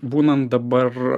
būnan dabar